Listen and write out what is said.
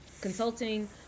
consulting